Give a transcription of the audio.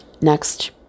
Next